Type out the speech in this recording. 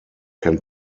can